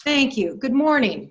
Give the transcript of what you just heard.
thank you good morning